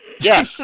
Yes